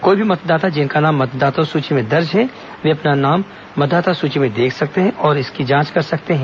कोई भी मतदाता जिनका नाम मतदाता सूची में दर्ज है वे अपना नाम मतदाता सूची में देख सकते हैं जांच कर सकते हैं